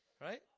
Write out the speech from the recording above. right